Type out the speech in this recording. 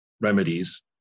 remedies